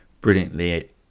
brilliantly